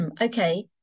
okay